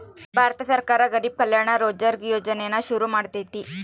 ಭಾರತ ಸರ್ಕಾರ ಗರಿಬ್ ಕಲ್ಯಾಣ ರೋಜ್ಗರ್ ಯೋಜನೆನ ಶುರು ಮಾಡೈತೀ